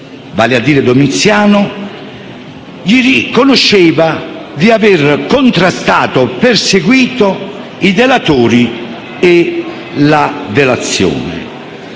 vale a dire Domiziano, gli riconosceva di aver contrastato e perseguito i delatori e la delazione.